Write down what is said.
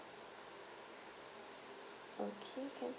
okay can